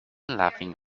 laughing